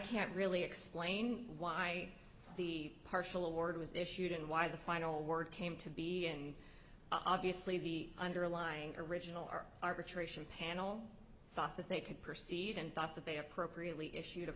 can't really explain why the partial award was issued and why the final word came to be and obviously the underlying original are arbitration panel thought that they could proceed and thought that they appropriately issued a